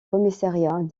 commissariat